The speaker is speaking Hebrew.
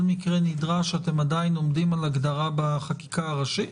מקרה נדרש אתם עדיין עומדים על הגדרה בחקיקה הראשית?